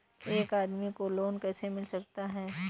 एक आदमी को लोन कैसे मिल सकता है?